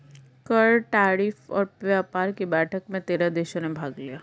कर, टैरिफ और व्यापार कि बैठक में तेरह देशों ने भाग लिया